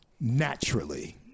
Naturally